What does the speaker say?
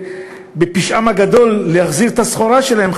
ב"פשעם הגדול" להחזיר את הסחורה שלהם,